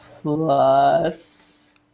plus